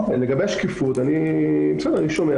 לגבי השקיפות, אני שומע.